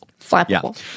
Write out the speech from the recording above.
Flappable